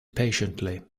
patiently